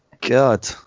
God